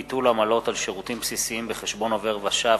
ביטול עמלות על שירותים בסיסיים בחשבון עובר ושב),